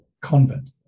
convent